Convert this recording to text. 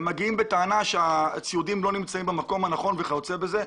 הם מגיעים בטענה שהציוד לא נמצא במקום הנכון וכיוצא בזה.